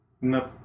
Nope